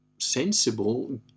sensible